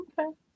Okay